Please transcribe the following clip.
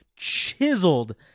chiseled